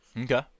Okay